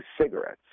cigarettes